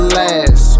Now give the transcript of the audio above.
last